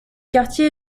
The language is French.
quartier